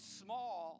small